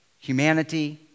humanity